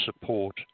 support